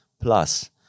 plus